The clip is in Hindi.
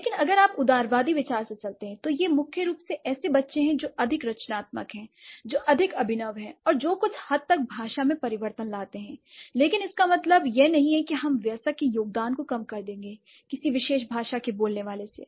लेकिन अगर आप उदारवादी विचार से चलते हैं तो यह मुख्य रूप से ऐसे बच्चे हैं जो अधिक रचनात्मक हैं जो अधिक अभिनव हैं और जो कुछ हद तक भाषा में परिवर्तन लाते हैं l लेकिन इसका मतलब यह नहीं है कि हम वयस्क के योगदान को कम कर देंगे किसी विशेष भाषा के बोलने वाले से